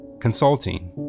Consulting